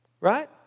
Right